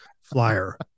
flyer